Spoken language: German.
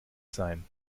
sein